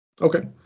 Okay